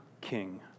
king